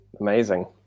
Amazing